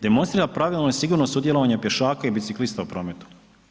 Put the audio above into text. demonstrira pravilno i sigurno sudjelovanje pješaka i biciklista u prometu.